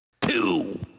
two